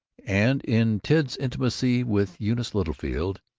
and in ted's intimacy with eunice littlefield.